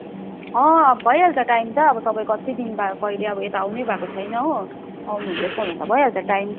अँ भइहाल्छ टाइम त अब तपाईँ कति दिन बाद कहिले अब यता आउनुभएको छैन हो आउनुहुँदैछ भने त भइहाल्छ टाइम त हो